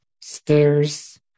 stairs